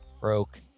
broke